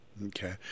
Okay